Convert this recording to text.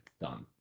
done